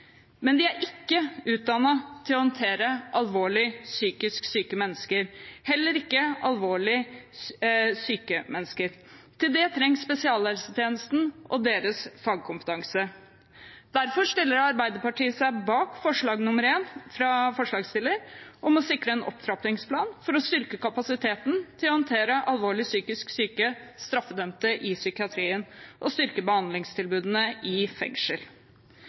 Men de er ikke utdannet til å håndtere alvorlig psykisk syke mennesker, heller ikke alvorlig syke mennesker. Til det trengs spesialisthelsetjenesten og deres fagkompetanse. Derfor stiller Arbeiderpartiet seg bak forslag nr. 1 fra forslagsstillerne, om å sikre «en opptrappingsplan for å styrke kapasiteten til å håndtere alvorlig psykisk syke straffedømte i psykiatrien, og styrke behandlingstilbudet i